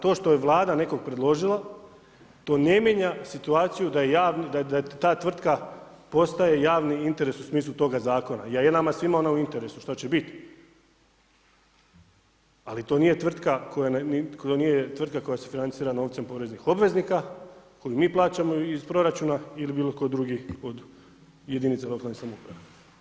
To što je Vlada nekog predložila, to ne mijenja situaciju da ta tvrtka postaje javni interes u smislu toga zakona, je nama svima ona u interesu što će bit, ali to nije tvrtka koja se financira novcem poreznih obveznika kojeg mi plaćamo iz proračuna ili bilo tko drugi od jedinica lokalne samouprave.